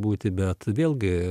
būti bet vėlgi